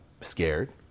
scared